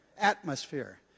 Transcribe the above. atmosphere